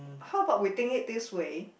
how about we think it this way